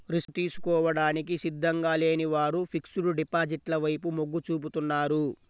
risk తీసుకోవడానికి సిద్ధంగా లేని వారు ఫిక్స్డ్ డిపాజిట్ల వైపు మొగ్గు చూపుతున్నారు